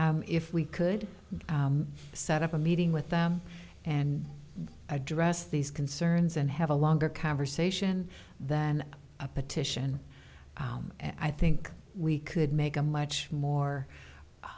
but if we could set up a meeting with them and address these concerns and have a longer conversation than a petition i think we could make a much more